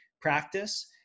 practice